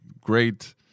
great